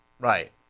Right